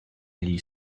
degli